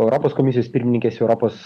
europos komisijos pirmininkės europos